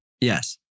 Yes